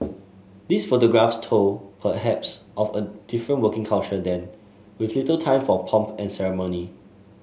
these photographs told perhaps of a different working culture then with little time for pomp and ceremony